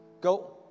Go